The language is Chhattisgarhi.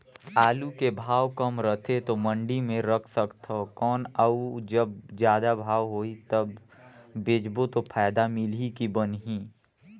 आलू के भाव कम रथे तो मंडी मे रख सकथव कौन अउ जब जादा भाव होही तब बेचबो तो फायदा मिलही की बनही?